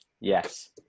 Yes